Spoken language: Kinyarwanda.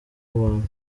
bantu